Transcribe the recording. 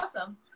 awesome